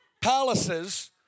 palaces